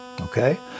okay